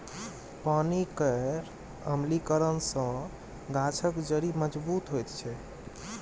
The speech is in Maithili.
पानि केर अम्लीकरन सँ गाछक जड़ि मजबूत होइ छै